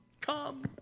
Come